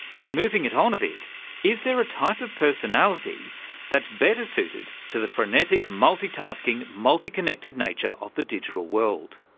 and moving it on a bit, is there a type of personality that's better suited to the frenetic multi-tasking, multi-connected nature of the digital world?